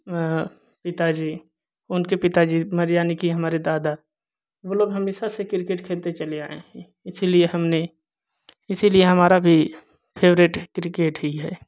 अ पिता जी उनके पिताजी मर यानी की हमारे दादा वो लोग हमेशा से क्रिकेट खेलते चले आए हैं इसलिए हमने इसलिए हमारा भी फेवरेट क्रिकेट ही है